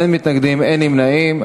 אין מתנגדים, אין נמנעים.